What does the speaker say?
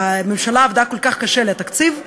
הממשלה עבדה כל כך קשה על התקציב,